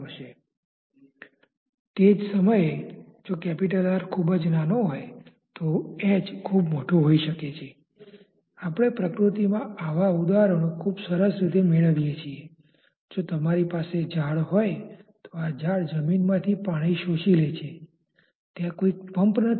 હવે આપણે સપાટી AC અથવા સમાન પ્રકારની સપાટી પસંદ કરી શકીએ જેના તરફ આરપાર કોઈ પ્રવાહ નથી